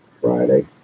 Friday